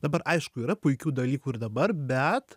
dabar aišku yra puikių dalykų ir dabar bet